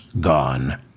gone